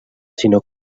sinó